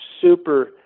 super